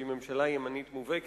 שהיא ממשלה ימנית מובהקת,